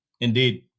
Indeed